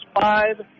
five